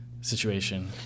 situation